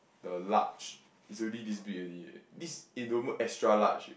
the large is already this big already eh this enormous extra large eh